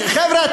חבר'ה,